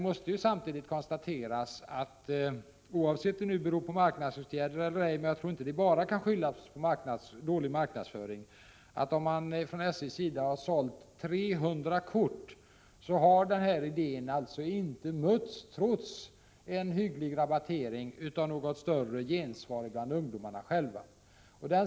Jag tror inte att den dåliga försäljningen av kortet kan skyllas enbart på dålig marknadsföring. Det har sålts 300 kort, och det måste konstateras att idén trots en hygglig rabattering inte mötts av något större gensvar från ungdomarna själva.